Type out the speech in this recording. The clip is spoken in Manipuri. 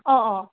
ꯑꯥ ꯑꯥ